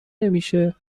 نمیشه